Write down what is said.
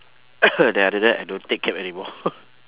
then after I didn't take cab anymore